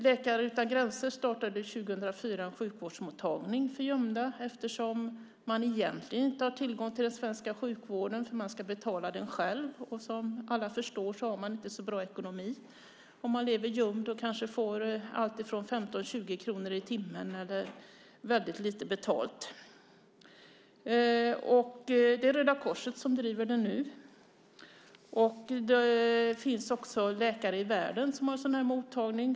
Läkare utan gränser startade 2004 en sjukvårdsmottagning för gömda, eftersom man egentligen inte har tillgång till den svenska sjukvården, för man ska betala den själv. Som alla förstår har man inte så bra ekonomi om man lever gömd och får väldigt lite betalt, kanske 15-20 kronor i timmen. Det är Röda Korset som driver mottagningen nu. Läkare i världen har också en sådan här mottagning.